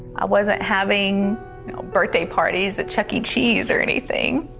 i wasn't having birthday parties at chuck e. cheese or anything.